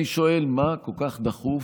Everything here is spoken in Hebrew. אני שואל מה כל כך דחוף,